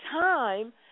time